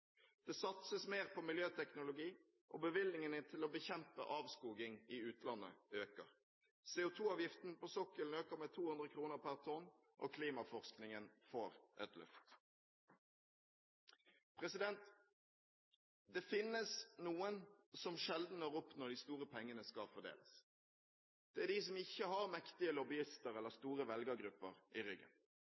Det satses mer på miljøteknologi, og bevilgningene til å bekjempe avskoging i utlandet øker. CO2-avgiften på sokkelen øker med 200 kr per tonn, og klimaforskningen får et løft. Det finnes noen som sjelden når opp når de store pengene skal fordeles. Det er dem som ikke har mektige lobbyister eller store velgergrupper i